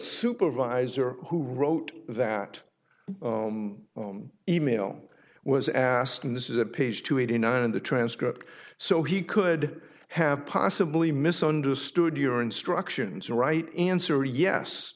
supervisor who wrote that e mail was asked and this is a page two eighty nine in the transcript so he could have possibly misunderstood your instructions or right answer yes